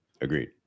agreed